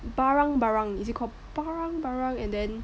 barang barang is it called barang barang and then